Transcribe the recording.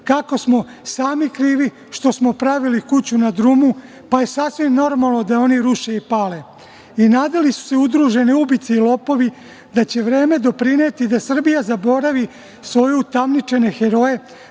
kako smo sami krivi što smo pravili kuću na drumu, pa je sasvim normalno da je oni ruše i pale. Nadale su se udružene ubice i lopovi da će vreme doprineti da Srbija zaboravi svoje utamničene heroje,